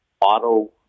auto